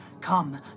Come